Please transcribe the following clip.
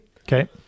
okay